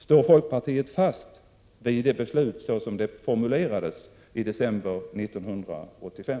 Står folkpartiet fast vid det beslutet såsom det formulerades i december 1985?